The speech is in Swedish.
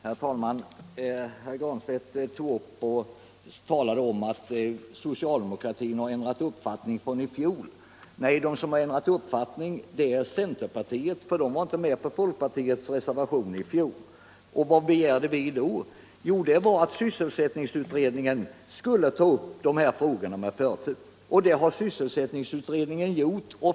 Herr talman! Herr Granstedt sade att socialdemokraterna har ändrat uppfattning sedan i fjol. Nej, de som ändrat uppfattning är centerpartisterna, för de var inte med på folkpartiets reservation i fjol. Och vad begärde vi då? Jo, vi begärde att sysselsättningsutredningen skulle ta upp de här frågorna med förtur, och det har sysselsättningsutredningen gjort.